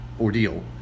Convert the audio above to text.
ordeal